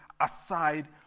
aside